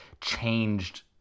changed